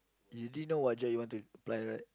you didn't know what job you want to apply right